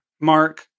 Mark